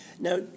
Now